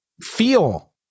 feel